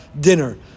dinner